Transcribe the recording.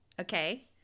okay